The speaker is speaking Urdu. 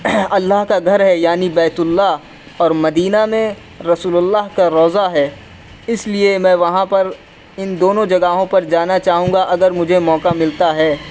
اللہ کا گھر ہے یعنی بیت اللہ اور مدینہ میں رسول اللہ کا روضہ ہے اس لیے میں وہاں پر ان دونوں جگہوں پر جانا چاہوں گا اگر مجھے موقع ملتا ہے